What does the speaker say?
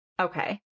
Okay